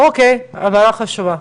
אוקיי, הערה חשובה.